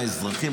האזרחים,